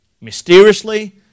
Mysteriously